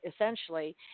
essentially